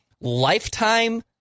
Lifetime